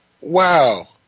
wow